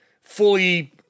fully